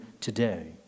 today